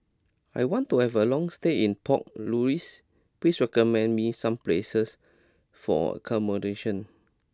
I want to have a long stay in Port Louis please recommend me some places for accommodation